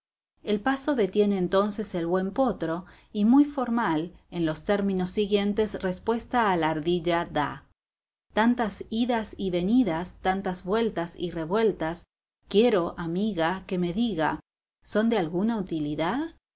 el paso detiene entonces el buen potro y muy formal en los términos siguientes respuesta a la ardilla da tantas idas y venidas tantas vueltas y revueltas son de alguna utilidad